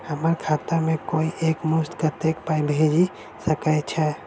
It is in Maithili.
हम्मर खाता मे कोइ एक मुस्त कत्तेक पाई भेजि सकय छई?